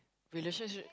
relationship